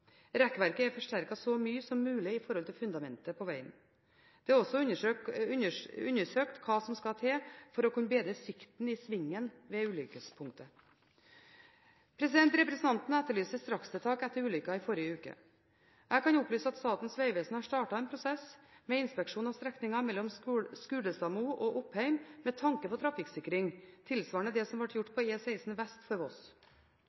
er forsterket så mye som mulig i forhold til fundamentet på vegen. Det er også undersøkt hva som skal til for å bedre sikten i svingen ved ulykkespunktet. Representanten etterlyser strakstiltak etter ulykken i forrige uke. Jeg kan opplyse at Statens vegvesen har startet en prosess med inspeksjon av strekningen mellom Skulestadmo og Oppheim med tanke på trafikksikring, tilsvarende det som ble gjort på E16 vest for